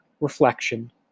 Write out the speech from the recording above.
reflection